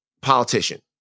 politician